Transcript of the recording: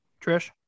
Trish